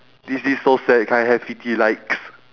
this this is so sad can I have pity likes